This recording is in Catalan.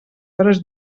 hores